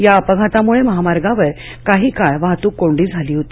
या अपघातामूळे महामार्गावर काही काळ वाहतूक कोंडी झाली होती